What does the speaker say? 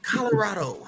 Colorado